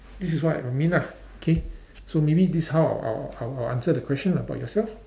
this is what it would mean ah okay so maybe this how I'll I'll I'll answer the question ah but yourself